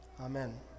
Amen